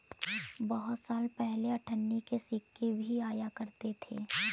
बहुत साल पहले अठन्नी के सिक्के भी आया करते थे